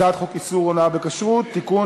הצעת חוק איסור הונאה בכשרות (תיקון,